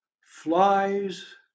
flies